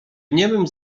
niemym